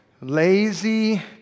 lazy